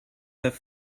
have